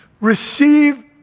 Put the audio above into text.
receive